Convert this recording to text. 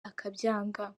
akabyanga